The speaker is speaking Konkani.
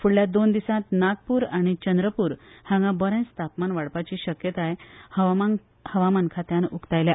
फुडल्या दोन दिसांत नागपूर चंद्रपूर हांगा बरेच तापमान वाडपाची शक्यताय हवामान खात्यान उकतायल्या